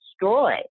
destroy